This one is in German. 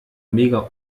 mega